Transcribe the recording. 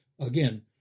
again